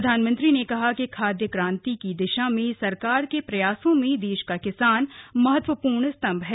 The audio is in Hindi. प्रधानमंत्री ने कहा कि खाद्य क्रान्ति की दिशा में सरकार के प्रयासों में देश का किसान महत्वपूर्ण स्तम्भ है